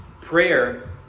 Prayer